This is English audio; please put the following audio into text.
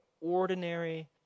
ordinary